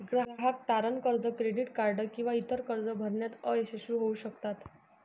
ग्राहक तारण कर्ज, क्रेडिट कार्ड किंवा इतर कर्जे भरण्यात अयशस्वी होऊ शकतात